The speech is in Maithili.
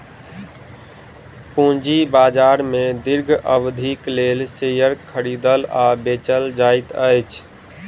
पूंजी बाजार में दीर्घ अवधिक लेल शेयर खरीदल आ बेचल जाइत अछि